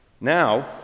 now